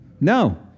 No